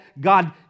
God